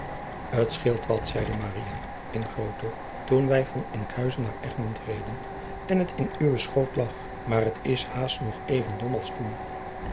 scheelt wat zeide maria in grootte toen wij van enkhuizen naar egmond reden en het in uwen schoot lag maar het is haast nog even dom als toen